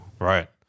Right